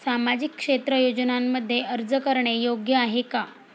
सामाजिक क्षेत्र योजनांमध्ये अर्ज करणे योग्य आहे का?